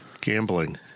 gambling